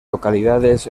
localidades